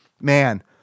Man